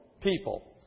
people